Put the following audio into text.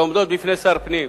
בפני שר הפנים.